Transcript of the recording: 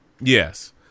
Yes